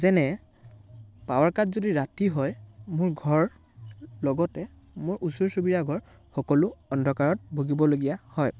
যেনে power cut যদি ৰাতি হয় মোৰ ঘৰ লগতে মোৰ ওচৰ চুবুৰীয়াৰ ঘৰ সকলো অন্ধকাৰত ভুগিবলগীয়া হয়